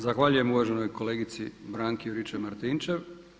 Zahvaljujem uvaženoj kolegici Branki Juričev-Martinčev.